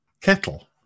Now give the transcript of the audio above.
kettle